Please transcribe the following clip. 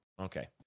Okay